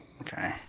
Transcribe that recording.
Okay